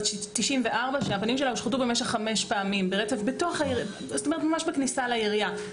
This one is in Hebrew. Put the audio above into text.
בת 94. הפנים שלה הושחתו חמש פעמים ברצף ממש בכניסה לעירייה.